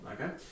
Okay